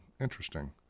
interesting